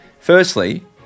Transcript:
Firstly